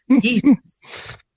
jesus